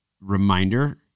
reminder